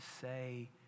say